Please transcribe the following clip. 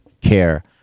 care